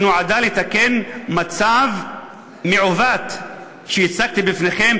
שנועדה לתקן מצב מעוות שהצגתי בפניכם,